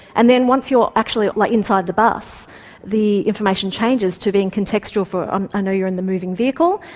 and then once you're actually like inside the bus the information changes to being contextual for um i know you're in the moving vehicle,